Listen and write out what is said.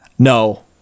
No